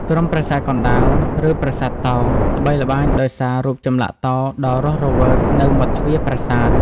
ក្រុមប្រាសាទកណ្ដាល ឬប្រាសាទតោ ល្បីល្បាញដោយសាររូបចម្លាក់តោដ៏រស់រវើកនៅមាត់ទ្វារប្រាសាទ។